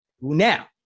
now